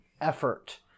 effort